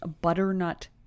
butternut